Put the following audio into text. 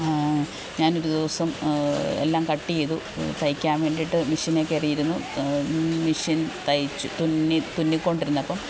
ഞാനൊരു ദിവസം എല്ലാം കട്ടെയ്തു തയ്ക്കാന് വേണ്ടിയിട്ട് മെഷിനെ കയറിയിരുന്നു മിഷിൻ തൈച്ചു തുന്നി തുന്നിക്കൊണ്ടിരുന്നപ്പോള്